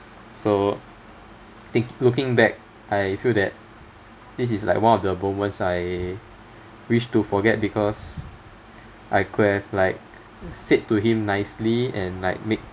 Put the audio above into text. so think~ looking back I feel that this is like one of the moments I wish to forget because I could have like said to him nicely and like make